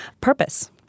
Purpose